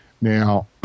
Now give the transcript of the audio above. Now